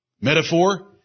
Metaphor